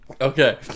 Okay